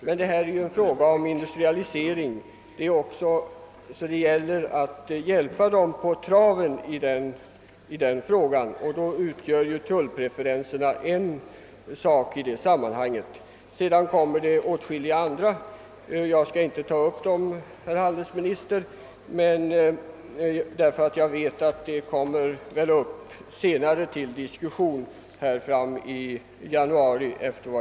Men det gäller ju i själva verket att hjälpa uländerna på traven för att få till stånd en industrialisering, och ett av medlen är tullpreferenser. De andra medel som finns — det är åtskilliga — skall jag inte nu gå in på, då jag tror mig veta att saken kommer upp till diskussion fram i januari.